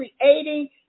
creating